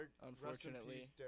Unfortunately